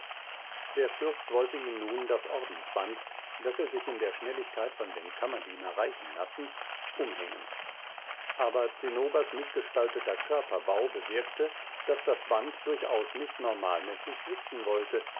der fürst wollte ihm nun das ordenshand das er sich in der schnelligkeit von dem kammerdiener reichen lassen umhängen aber zinnobers mißgestalteter körperbau bewirkte daß das band durchaus nicht normalmäßig sitzen wollte